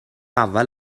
اول